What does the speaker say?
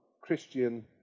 Christian